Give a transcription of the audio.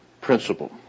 principle